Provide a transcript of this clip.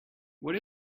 what